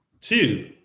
two